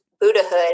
Buddhahood